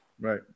Right